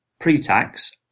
pre-tax